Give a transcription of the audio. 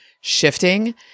shifting